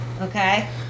okay